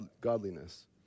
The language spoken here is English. godliness